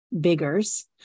biggers